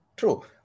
True